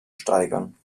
steigern